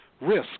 risk